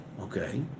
Okay